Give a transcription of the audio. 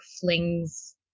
flings